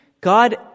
God